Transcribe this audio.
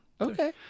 Okay